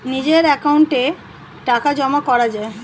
নিজের অ্যাকাউন্টে টাকা জমা করা যায়